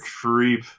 creep